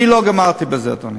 אני לא גמרתי בזה, אדוני.